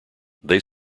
they